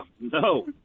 no